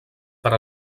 per